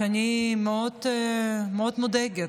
עניתי שאני מאוד מודאגת.